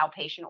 outpatient